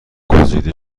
گزیده